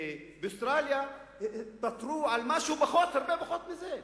באוסטרליה התפטרו על הרבה פחות מזה.